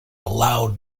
loud